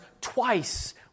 twice